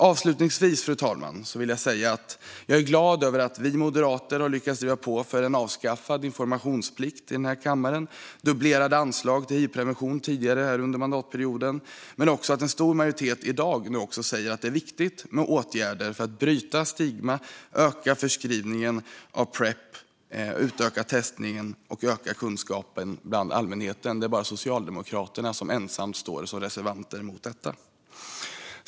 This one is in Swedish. Avslutningsvis, fru talman, vill jag säga att jag är glad över att vi moderater här i kammaren har lyckats driva på för avskaffad informationsplikt, dubblerade anslag till hivprevention tidigare under mandatperioden och också att en stor majoritet i dag säger att det är viktigt med åtgärder för att bryta stigma, öka förskrivningen av Prep, utöka testningen och öka kunskapen bland allmänheten. Det är bara Socialdemokraterna som ensamma står som reservanter mot detta.